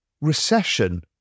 recession